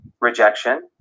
rejection